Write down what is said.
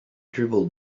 dribbled